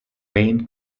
wayne